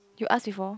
you ask before